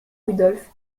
rudolf